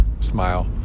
smile